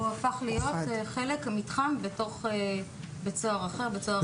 הוא הפך להיות מתחם בתוך בית סוהר אחר.